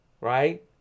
right